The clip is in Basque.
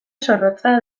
zorrotza